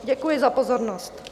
Děkuji za pozornost.